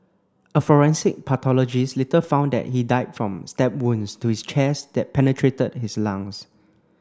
a forensic pathologist later found that he died from stab wounds to his chest that penetrated his lungs